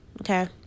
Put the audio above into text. Okay